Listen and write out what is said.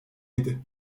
yedi